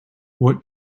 what